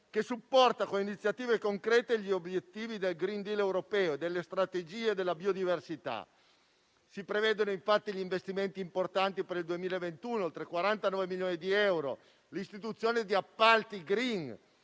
che supporta con iniziative concrete gli obiettivi del *green deal* europeo, delle strategie della biodiversità. Si prevedono, infatti, investimenti importanti per il 2021, per oltre 49 milioni di euro, e l'istituzione di appalti *green*,